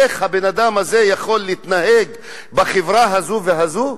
איך הבן-אדם הזה יכול להתנהג בחברה הזו והזו?